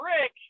Rick